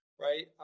Right